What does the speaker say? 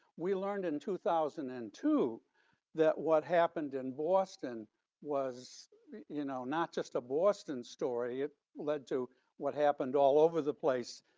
we learned in two thousand and two that what happened in boston was you know not just a boston story, it led to what happened all over the place.